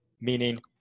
Meaning